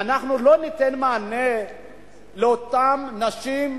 אנחנו לא ניתן מענה לאותן נשים,